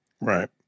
right